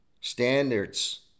standards